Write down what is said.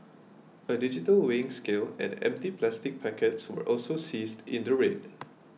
a digital weighing scale and empty plastic packets were also seized in the raid